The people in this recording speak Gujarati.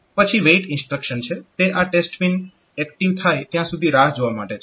પછી WAIT ઇન્સ્ટ્રક્શન છે તે આ ટેસ્ટ પિન એક્ટીવ થાય ત્યાં સુધી રાહ જોવા માટે છે